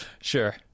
sure